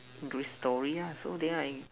English story ah so then I